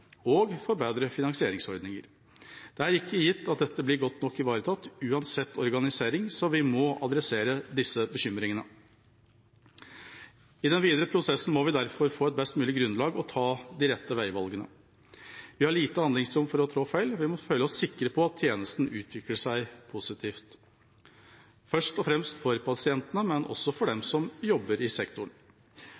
og for bedre finansieringsordninger. Det er ikke gitt at dette blir godt nok ivaretatt, uansett organisering, så vi må adressere disse bekymringene. I den videre prosessen må vi derfor få et best mulig grunnlag og ta de rette veivalgene. Vi har lite handlingsrom for å trå feil. Vi må føle oss sikre på at tjenesten utvikler seg positivt – først og fremst for pasientene, men også for dem som jobber i sektoren.